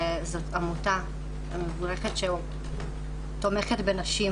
זאת עמותה שתומכת בנשים